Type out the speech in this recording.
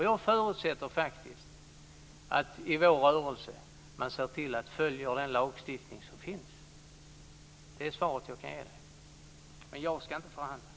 Jag förutsätter att man i vår rörelse ser till att följa den lagstiftning som finns. Det är svaret jag kan ge. Det är inte jag som skall förhandla.